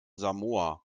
samoa